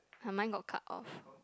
uh mine got cut off